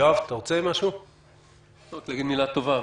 אני רוצה להגיד מילה טובה,